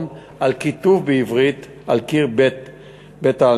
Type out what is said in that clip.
על כיתוב בעברית על קיר בית-העלמין,